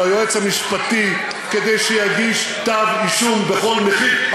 על היועץ המשפטי כדי שיגיש כתב אישום בכל מחיר.